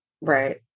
Right